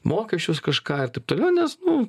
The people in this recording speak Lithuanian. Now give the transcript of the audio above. mokesčius kažką ir taip toliau nes nu